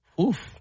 Oof